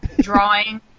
drawing